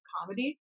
comedy